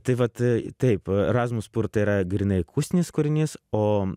tai vat taip razmus pur tai yra grynai akustinis kūrinys o